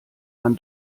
man